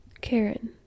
Karen